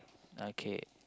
okay